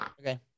Okay